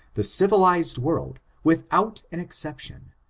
the civilized world, without an exception,